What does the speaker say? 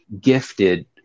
gifted